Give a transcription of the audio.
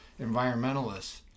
environmentalists